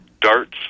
darts